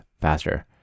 faster